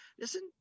Listen